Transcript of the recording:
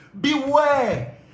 beware